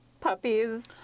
puppies